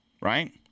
Right